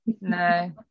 no